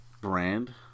brand